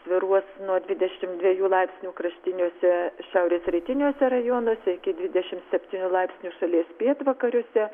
svyruos nuo dvidešim dviejų laipsnių kraštiniuose šiaurės rytiniuose rajonuose iki dvidešim septynių laipsnių šalies pietvakariuose